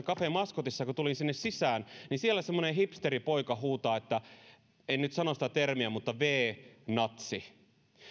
cafe mascotissa ja kun tulin sinne sisään niin siellä semmoinen hipsteripoika huutaa en nyt sano sitä termiä mutta v natsi